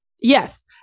Yes